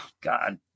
God